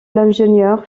l’ingénieur